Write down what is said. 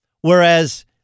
Whereas